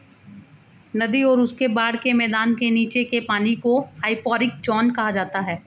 नदी और उसके बाढ़ के मैदान के नीचे के पानी को हाइपोरिक ज़ोन कहा जाता है